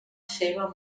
seva